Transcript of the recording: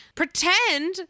pretend